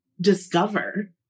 discover